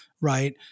right